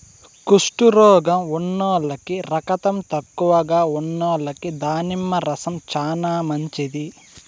కుష్టు రోగం ఉన్నోల్లకి, రకతం తక్కువగా ఉన్నోల్లకి దానిమ్మ రసం చానా మంచిది